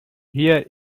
here